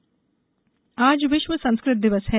संस्कृत दिवस आज विश्व संस्कृत दिवस है